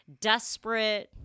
desperate